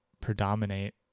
predominate